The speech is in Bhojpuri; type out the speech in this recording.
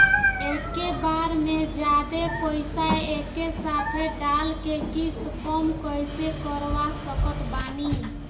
एके बार मे जादे पईसा एके साथे डाल के किश्त कम कैसे करवा सकत बानी?